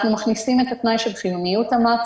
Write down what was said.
אנחנו מכניסים את התנאי של חיוניות המעצר.